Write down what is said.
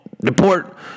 Deport